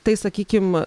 tai sakykim